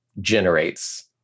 generates